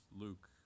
Luke